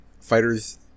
Fighters